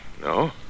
No